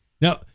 Now